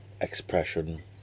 expression